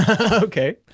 Okay